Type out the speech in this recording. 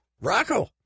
Rocco